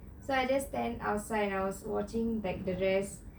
so I just stand outside and I was like watching the rest